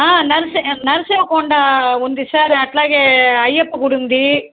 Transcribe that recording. నరసి నరసింహ కొండ ఉంది సార్ అలాగే అయ్యప్ప గుడుంది